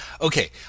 okay